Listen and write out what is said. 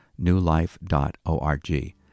newlife.org